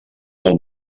del